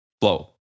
flow